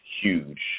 huge